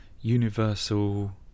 universal